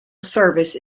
service